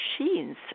machines